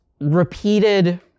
repeated